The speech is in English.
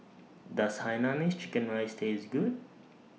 Does Hainanese Chicken Rice Taste Good